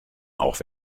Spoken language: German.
auch